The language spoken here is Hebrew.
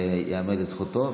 ייאמר לזכותו.